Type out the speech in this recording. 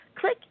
click